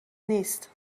نیست